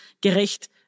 gerecht